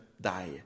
die